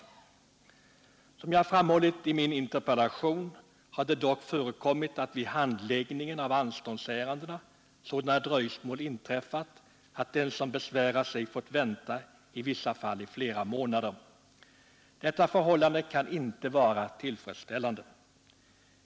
Såsom jag har framhållit i min interpellation har det dock förekommit att vid handläggning av anståndsärenden sådana dröjsmål inträffat att den som besvärat sig fått vänta länge, i vissa fall i flera månader. Detta förhållande kan inte vara tillfredsställande.